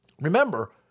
Remember